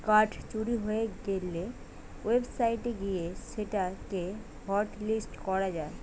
card চুরি হয়ে গ্যালে ওয়েবসাইট গিয়ে সেটা কে হটলিস্ট করা যায়